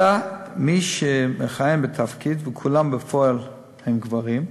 אלא מי שמכהן בתפקיד, ובפועל הם כולם גברים.